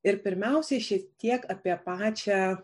ir pirmiausiai šiek tiek apie pačią